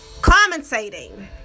commentating